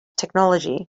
technology